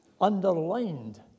underlined